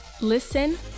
Listen